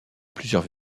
plusieurs